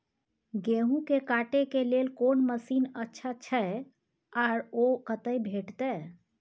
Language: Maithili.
गेहूं के काटे के लेल कोन मसीन अच्छा छै आर ओ कतय भेटत?